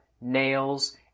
nails